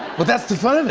but that's the fun of it.